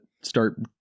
start